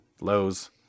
Lows